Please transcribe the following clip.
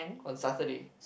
on Saturday